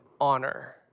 honor